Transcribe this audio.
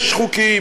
יש חוקים,